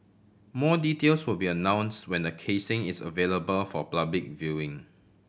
more details will be announce when the casing is available for public viewing